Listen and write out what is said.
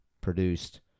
produced